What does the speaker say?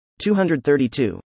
232